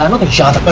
um of a job but